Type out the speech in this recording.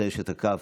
הצעיר שתקף.